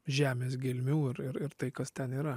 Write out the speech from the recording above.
žemės gelmių ir ir tai kas ten yra